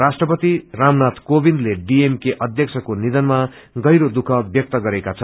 राष्ट्रपति रामनाय क्रेविन्दले डिएमके अध्यक्षको निधनामा गहिरो दुःख व्यक्त गरेका छन्